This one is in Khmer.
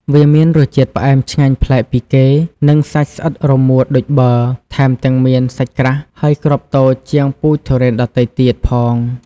វាមានរសជាតិផ្អែមឆ្ងាញ់ប្លែកពីគេ និងសាច់ស្អិតរមួតដូចប៊័រ ថែមទាំងមានសាច់ក្រាស់ ហើយគ្រាប់តូចជាងពូជទុរេនដទៃទៀតផង។